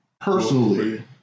personally